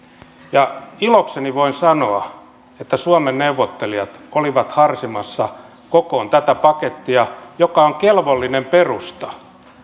ilokseni voin sanoa että suomen neuvottelijat olivat harsimassa kokoon tätä pakettia joka on kelvollinen perusta